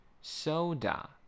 Soda